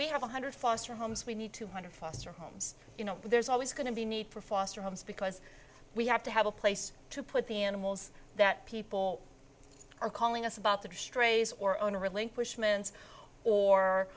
we have one hundred foster homes we need two hundred foster homes you know there's always going to be need for foster homes because we have to have a place to put the animals that people are calling us about the strays or owner relinquish